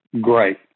great